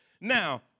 Now